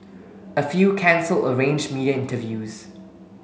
a few cancel arrange media interviews